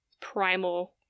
primal